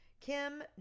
Kim